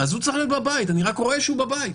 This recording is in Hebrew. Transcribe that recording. הוא צריך להיות בבית, אני רק רואה שהוא בבית.